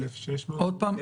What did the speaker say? עוד פעם.